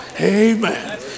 Amen